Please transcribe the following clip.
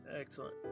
Excellent